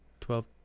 Twelve